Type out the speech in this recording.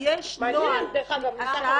יש נוהל --- אצל